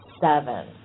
seven